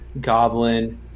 Goblin